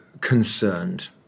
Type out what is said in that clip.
concerned